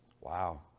Wow